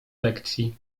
lekcji